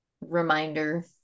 reminder